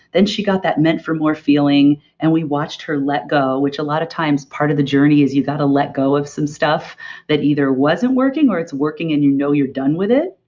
she got that meant for more feeling and we watched her let go, which a lot of times part of the journey is you got to let go of some stuff that either wasn't working or it's working and you know you're done with it.